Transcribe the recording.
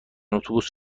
اتوبوس